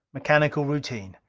mechanical routine.